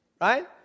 Right